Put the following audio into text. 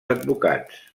advocats